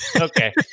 Okay